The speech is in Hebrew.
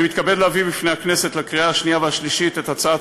אני מתכבד להביא בפני הכנסת לקריאה השנייה והשלישית את הצעת